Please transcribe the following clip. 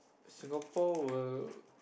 Singapore will